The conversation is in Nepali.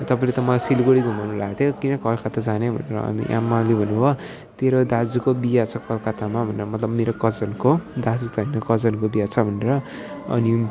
तपाईँले त मलाई सिलगुडी घुमाउनु लान्थ्यो किन कलकत्ता जाने भनेर अनि आमाले भन्नुभयो तेरो दाजुको बिहा छ कलकत्तामा भनेर मतलब मेरो कजनको दाजु त हैन कजनको बिहा छ भनेर अनि